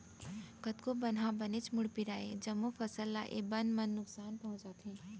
कतको बन ह बनेच मुड़पीरा अय, जम्मो फसल ल ए बन मन नुकसान पहुँचाथे